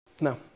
No